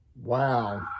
Wow